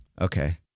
Okay